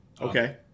Okay